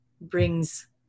brings